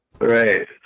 Right